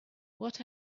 what